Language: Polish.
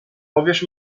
powiesz